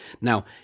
Now